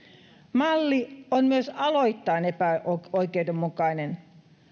malli on myös aloittain epäoikeudenmukainen